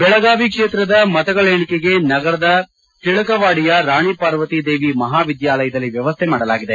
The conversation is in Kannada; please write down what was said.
ಬೆಳಗಾವಿ ಕ್ಷೇತ್ರದ ಮತಗಳ ಎಣಿಕೆಗೆ ನಗರದ ಟಿಳಕವಾಡಿಯ ರಾಣಿ ಪಾರ್ವತಿ ದೇವಿ ಮಹಾವಿದ್ಯಾಲಯದಲ್ಲಿ ವ್ಯವಸ್ಥೆ ಮಾಡಲಾಗಿದೆ